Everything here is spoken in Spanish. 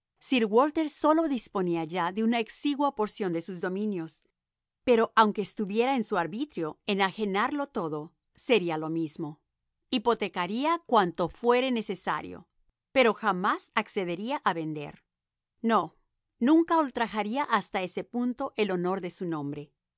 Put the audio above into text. sir walter sólo disponía ya de una exigua porción de sus dominios pero aunque estuviera en su arbitrio enajenarlo todo sería lo mismo hipotecaría cuanto fuera necesario pero jaimás accedería a vender no nunca ultrajaría hasta ese punto el honor de su nombre